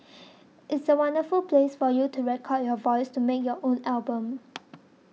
it's a wonderful place for you to record your voice to make your own album